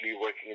working